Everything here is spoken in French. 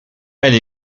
elle